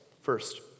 First